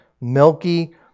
milky